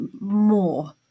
more